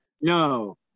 No